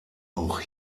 auch